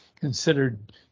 considered